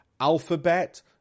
Alphabet